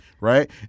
right